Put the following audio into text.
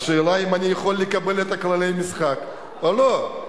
השאלה היא האם אני יכול לקבל את כללי המשחק או לא.